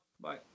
Bye